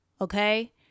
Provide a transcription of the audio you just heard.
okay